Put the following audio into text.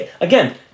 again